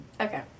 okay